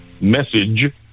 message